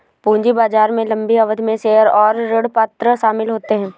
पूंजी बाजार में लम्बी अवधि में शेयर और ऋणपत्र शामिल होते है